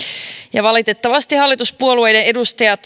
ja valitettavasti hallituspuolueiden edustajat